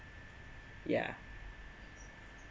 yeah